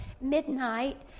midnight